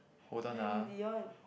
behind with Dion